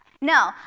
No